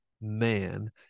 man